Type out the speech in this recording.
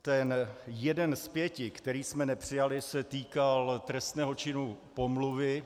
Ten jeden z pěti, který jsme nepřijali, se týkal trestného činu pomluvy.